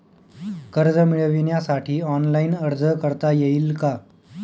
कर्ज मिळविण्यासाठी ऑनलाइन अर्ज करता येईल का?